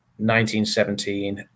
1917